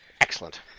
Excellent